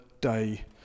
day